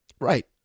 Right